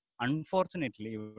unfortunately